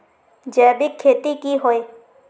जैविक खेती की होय?